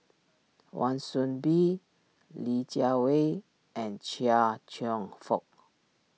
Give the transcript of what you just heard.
Wan Soon Bee Li Jiawei and Chia Cheong Fook